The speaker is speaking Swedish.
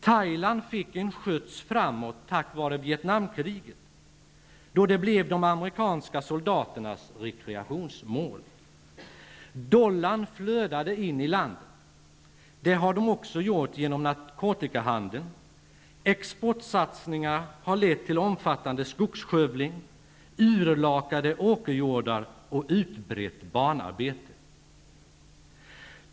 Thailand fick en skjuts framåt tack vare Vietnamkriget, då landet blev de amerikanska soldaternas rekreationsmål. Dollarn flödade in i landet. Det har den också gjort genom narkotikahandeln. Exportsatsningar har lett till omfattande skogsskövling, urlakade åkerjordar och utbrett barnarbete.